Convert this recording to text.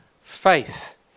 faith